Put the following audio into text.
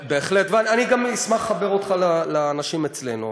בהחלט, ואני גם אשמח לחבר אותך לאנשים אצלנו.